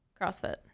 CrossFit